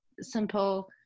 simple